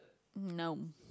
no